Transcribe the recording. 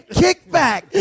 kickback